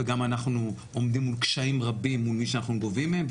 וגם אנחנו עומדים מול קשיים רבים מול מי שאנחנו גובים מהם,